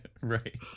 right